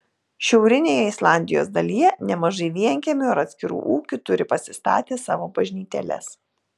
šiaurinėje islandijos dalyje nemažai vienkiemių ar atskirų ūkių turi pasistatę savo bažnytėles